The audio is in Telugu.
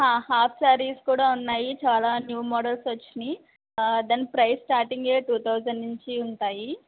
హాఫ్ శారీస్ కూడా ఉన్నాయి చాలా న్యూ మోడల్స్ వచ్చినాయి దాని ప్రైజ్ స్టార్టింగే టు థౌసండ్ నుంచి ఉంటాయి